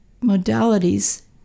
modalities